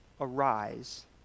arise